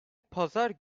pazar